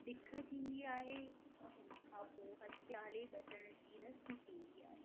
ॾिख थींदी आहे उन खां पोइ हथियाले ॿधण जी रस्म थींदी आहे